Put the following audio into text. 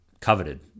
coveted